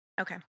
Okay